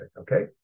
okay